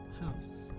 house